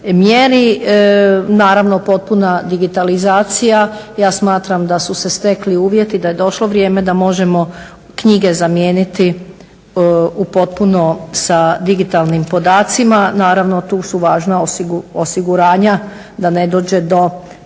mjeri. Naravno potpuna digitalizacija. Ja smatram da su se stekli uvjeti, da je došlo vrijeme da možemo knjige zamijeniti u potpuno sa digitalnim podacima. Naravno tu su važna osiguranja da ne dođe do